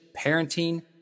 parenting